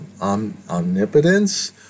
omnipotence